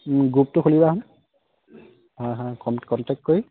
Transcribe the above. গ্ৰুপটো খুলিবাচোন কণ্টেক্ট কৰি